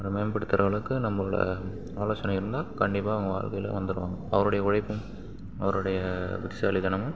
அவரை மேம்படுத்துகிற அளவுக்கு நம்மளோடய ஆலோசனை இருந்தால் கண்டிப்பாக அவங்க வாழ்க்கைல வந்துடுவாங்க அப்போ அவருடைய உழைப்பும் அவருடைய புத்திசாலித்தனமும்